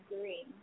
green